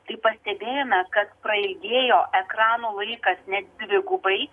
tai pastebėjome kad prailgėjo ekrano laikas net dvigubai